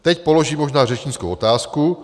Teď položím možná řečnickou otázku.